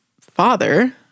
father